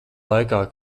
laikā